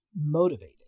motivated